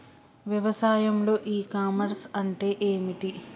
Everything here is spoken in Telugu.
వ్యవసాయంలో ఇ కామర్స్ అంటే ఏమిటి?